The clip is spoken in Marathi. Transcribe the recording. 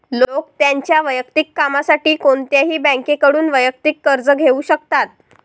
लोक त्यांच्या वैयक्तिक कामासाठी कोणत्याही बँकेकडून वैयक्तिक कर्ज घेऊ शकतात